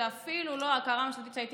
זאת אפילו לא הכרה מוסדית שהייתי